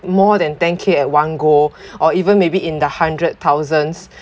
more than ten K at one go or even maybe in the hundred thousands